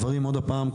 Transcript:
דברים עוד הפעם,